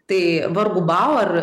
tai vargu bau ar